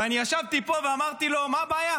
ואני ישבתי פה ואמרתי לו: מה הבעיה?